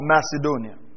Macedonia